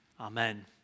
Amen